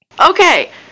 Okay